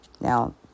Now